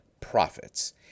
profits